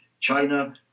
China